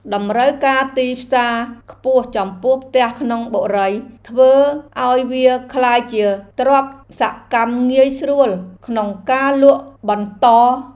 តម្រូវការទីផ្សារខ្ពស់ចំពោះផ្ទះក្នុងបុរីធ្វើឱ្យវាក្លាយជាទ្រព្យសកម្មងាយស្រួលក្នុងការលក់បន្ត។